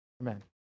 Amen